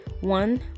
One